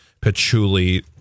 patchouli